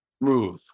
move